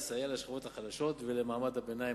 לסייע לשכבות החלשות ולמעמד הביניים.